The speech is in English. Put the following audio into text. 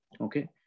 Okay